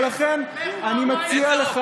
אין לכם ממשלה.